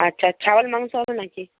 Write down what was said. আচ্ছা ছাগল মাংস হবে না কি